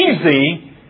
easy